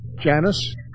Janice